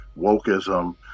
wokeism